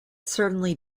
certainly